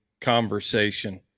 conversation